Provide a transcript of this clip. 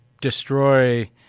destroy